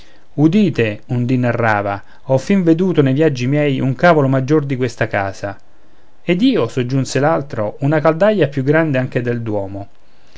udite un dì narrava ho fin veduto ne viaggi miei un cavolo maggior di questa casa ed io soggiunse l'altro una caldaia più grande anche del duomo